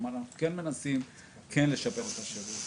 כלומר אנחנו כן מנסים לשפר את השירות